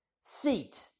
seat